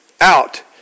out